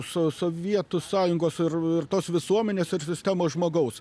su sovietų sąjungos ir ir tos visuomenės sistemos žmogaus